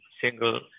single